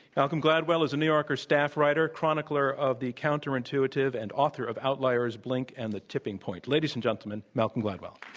malcolm gladwell is a new yorker staff writer, chronicler of the counterintuitive, and author of outliers blink and the tipping point. ladies and gentlemen, malcolm gladwell.